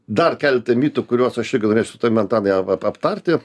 dar keletą mitų kuriuos aš irgi norėsiu su tavim antanai aptarti